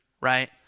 right